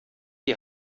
die